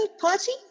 party